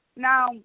Now